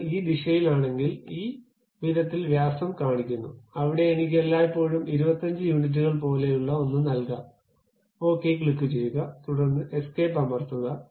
ഞാൻ ഈ ദിശയിലാണെങ്കിൽ ഈ വിധത്തിൽ വ്യാസം കാണിക്കുന്നു അവിടെ എനിക്ക് എല്ലായ്പ്പോഴും 25 യൂണിറ്റുകൾ പോലെയുള്ള ഒന്ന് നൽകാം ഒകെ ക്ലിക്കുചെയ്യുക തുടർന്ന് എസ്കേപ്പ് അമർത്തുക